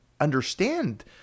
understand